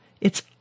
It's